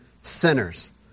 sinners